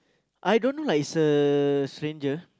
I don't know lah it's a stranger